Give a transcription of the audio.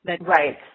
Right